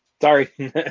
Sorry